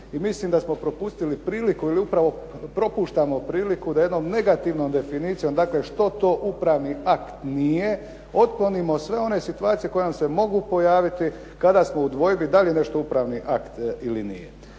mislim da smo propustili priliku ili upravo propuštamo priliku da jednom negativnom definicijom, dakle što to upravni akt nije otklonimo sve one situacije kojom se mogu pojaviti kada smo u dvojbi da li je nešto upravni akt ili nije.